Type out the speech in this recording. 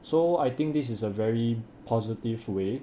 so I think this is a very positive way